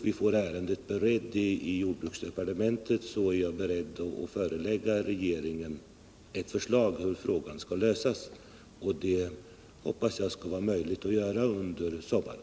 Så snart ärendet är berett i jordbruksdepartementet är jag inställd på att förelägga regeringen ett förslag till hur frågan kan lösas. Jag hoppas att det skall kunna vara möjligt att göra det under sommaren.